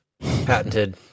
patented